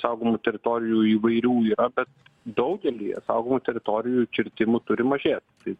saugomų teritorijų įvairių yra bet daugelyje saugomų teritorijų kirtimų turi mažėti tai